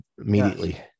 immediately